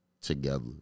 together